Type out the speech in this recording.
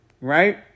right